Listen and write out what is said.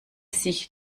sich